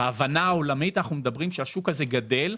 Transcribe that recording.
בהבנה העולמית אנחנו מדברים שהשוק הזה גדל,